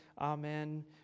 Amen